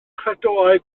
chredoau